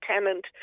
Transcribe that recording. tenant